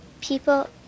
People